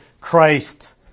Christ